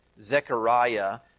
Zechariah